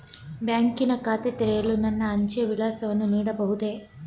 ಬ್ಯಾಂಕಿನ ಖಾತೆ ತೆರೆಯಲು ನನ್ನ ಅಂಚೆಯ ವಿಳಾಸವನ್ನು ನೀಡಬಹುದೇ?